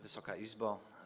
Wysoka Izbo!